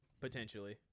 potentially